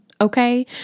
Okay